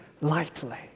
lightly